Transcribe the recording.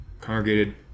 congregated